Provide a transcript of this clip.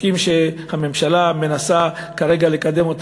החוקים שהממשלה מנסה כרגע לקדם,